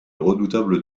redoutable